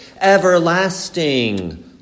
Everlasting